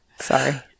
Sorry